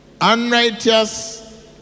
Unrighteous